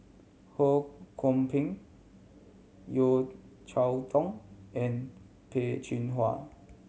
Ho Kwon Ping Yeo Cheow Tong and Peh Chin Hua